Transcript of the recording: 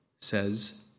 says